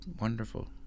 Wonderful